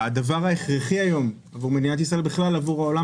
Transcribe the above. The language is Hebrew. הדבר ההכרחי היום עבור מדינת ישראל ובכלל עבור העולם